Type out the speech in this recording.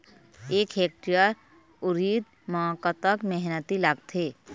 एक हेक्टेयर उरीद म कतक मेहनती लागथे?